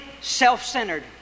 self-centered